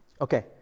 Okay